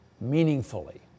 meaningfully